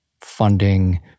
funding